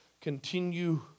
continue